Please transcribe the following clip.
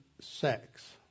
sex